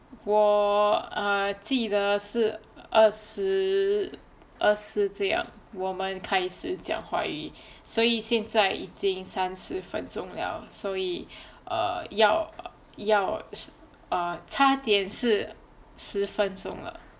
我 err 记得是二十二十这样我们开始讲华语所以现在已经三十分钟了所以 err 要要差点是十分钟了